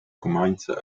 cumainza